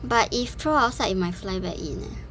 but if throw outside it might fly back in